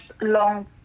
long